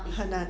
很难